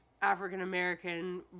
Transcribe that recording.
african-american